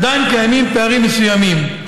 עדיין קיימים פערים מסוימים,